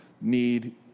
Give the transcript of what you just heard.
need